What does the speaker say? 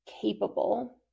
capable